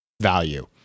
value